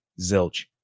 Zilch